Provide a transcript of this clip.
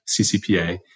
CCPA